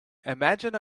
imagine